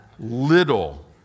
little